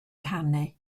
canu